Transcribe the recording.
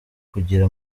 kugira